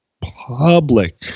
public